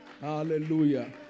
Hallelujah